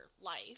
life